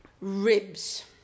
Ribs